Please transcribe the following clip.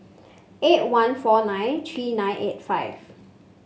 eight one four nine three nine eight five